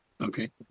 Okay